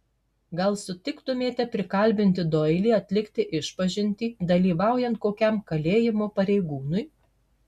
gal sutiktumėte prikalbinti doilį atlikti išpažintį dalyvaujant kokiam kalėjimo pareigūnui